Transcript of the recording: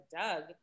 Doug